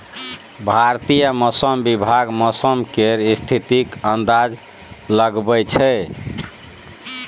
भारतीय मौसम विभाग मौसम केर स्थितिक अंदाज लगबै छै